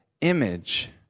image